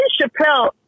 Chappelle